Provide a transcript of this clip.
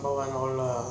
all lah